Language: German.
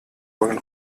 wollen